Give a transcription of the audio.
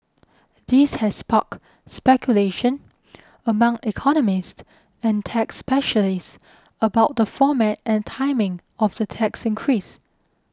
this has sparked speculation among economists and tax specialists about the format and timing of the tax increase